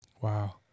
wow